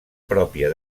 pròpia